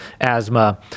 asthma